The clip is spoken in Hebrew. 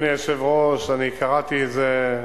אדוני היושב-ראש, אני קראתי את זה,